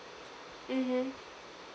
mmhmm